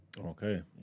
Okay